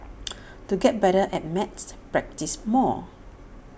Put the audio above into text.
to get better at maths practise more